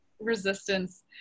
resistance